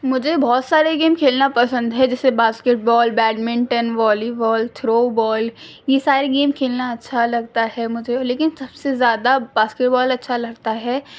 مجھے بہت سارے گیم کھیلنا پسند ہے جیسے basketball badminton volleyball throwball یہ سارے گیم کھیلنا اچھا لگتا ہے مجھے لیکن سب سے زیادہ باسکٹ بال اچھا لگتا ہے